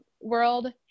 world